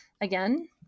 Again